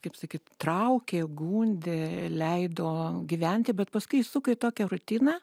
kaip sakyt traukė gundė leido gyventi bet paskui įsuko į tokią rutiną